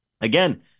again